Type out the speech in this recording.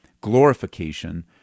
glorification